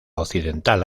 occidental